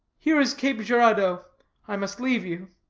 here is cape giradeau i must leave you.